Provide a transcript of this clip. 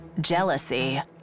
jealousy